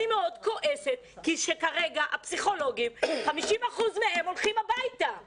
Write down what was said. אני מאוד כועסת שכרגע 50% מהפסיכולוגים הולכים הביתה במבחן התמיכה.